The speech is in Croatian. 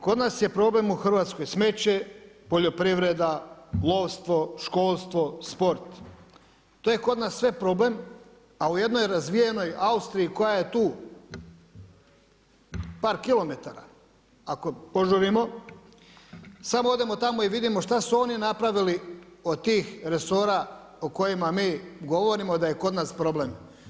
Kod nas je problem u Hrvatskoj smeće, poljoprivreda, lovstvo, školstvo, sport, to je kod nas sve problem, a u jednoj razvijenoj Austriji koja je tu par kilometara ako požurimo, samo odemo tamo i vidimo šta su oni napravili od tih resora o kojima mi govorimo da je kod nas problem.